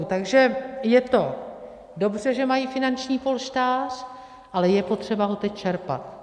Takže je to dobře, že mají finanční polštář, ale je potřeba ho teď čerpat.